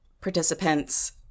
participants